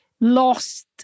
lost